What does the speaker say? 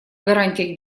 гарантиях